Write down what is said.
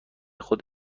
خود